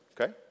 Okay